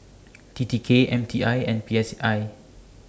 T T K M T I and P S I